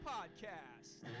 Podcast